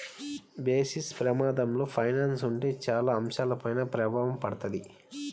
basis ప్రమాదంలో finance ఉంటే చాలా అంశాలపైన ప్రభావం పడతది